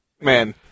man